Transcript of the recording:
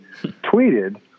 tweeted